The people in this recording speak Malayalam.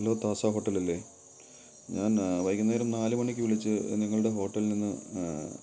ഹലോ പ്ലാസ ഹോട്ടലല്ലേ ഞാൻ വൈകുന്നേരം നാലു മണിക്ക് വിളിച്ച് നിങ്ങളുടെ ഹോട്ടലിൽ നിന്ന്